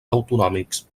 autonòmics